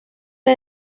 que